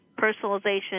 personalization